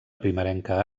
primerenca